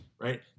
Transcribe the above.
right